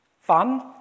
fun